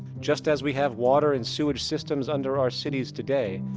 just as we have water and sewage systems under our cities today,